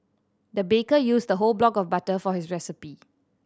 the baker used a whole block of butter for this recipe